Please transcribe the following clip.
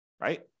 right